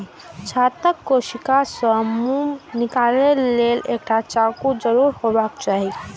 छत्ताक कोशिका सं मोम निकालै लेल एकटा चक्कू जरूर हेबाक चाही